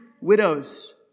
widows